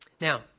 Now